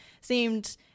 seemed